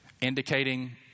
indicating